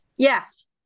Yes